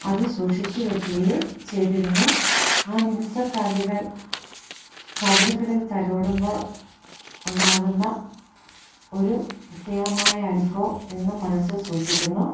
അത് സൂക്ഷിച്ചു വെക്കുകയും ചെയ്തിരുന്നു ആ മിനിസക്കല്ലുകൾ കവിളുകളിൽ തലോടുമ്പോൾ ഉണ്ടാകുന്ന ഒരു പ്രത്യേകമായ അനുഭവം ഇന്നും മനസ്സിൽ സൂക്ഷിക്കുന്നു